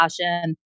passion